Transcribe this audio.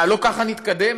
מה, לא ככה נתקדם?